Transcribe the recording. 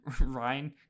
Ryan